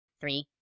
Three